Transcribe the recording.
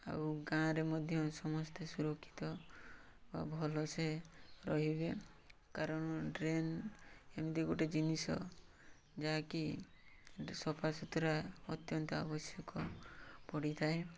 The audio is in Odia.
ଆଉ ଗାଁ'ରେ ମଧ୍ୟ ସମସ୍ତେ ସୁରକ୍ଷିତ ବା ଭଲସେ ରହିବେ କାରଣ ଡ୍ରେନ୍ ଏମିତି ଗୋଟେ ଜିନିଷ ଯାହାକି ସଫା ସୁତୁରା ଅତ୍ୟନ୍ତ ଆବଶ୍ୟକ ପଡ଼ିଥାଏ